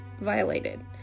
violated